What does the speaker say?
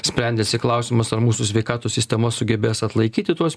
sprendėsi klausimas ar mūsų sveikatos sistema sugebės atlaikyti tuos